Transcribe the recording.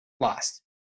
lost